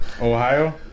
Ohio